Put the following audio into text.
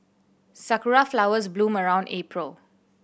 sakura flowers bloom around April